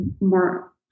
more